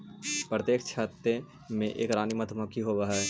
प्रत्येक छत्ते में एक रानी मधुमक्खी होवअ हई